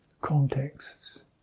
contexts